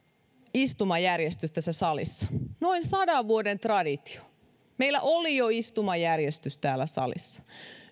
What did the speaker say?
istumajärjestys tässä salissa noin sadan vuoden traditio meillä oli jo istumajärjestys täällä salissa